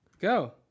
Go